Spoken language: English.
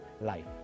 life